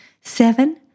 seven